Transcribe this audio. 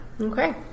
Okay